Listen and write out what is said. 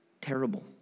Terrible